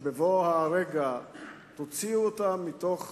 שבבוא הרגע תוציאו אותה מתוך